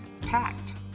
packed